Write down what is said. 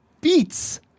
beats